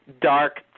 dark